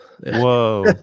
Whoa